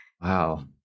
wow